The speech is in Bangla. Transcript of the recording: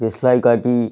দেশলাই কাঠি